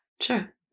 Sure